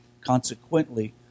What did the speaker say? Consequently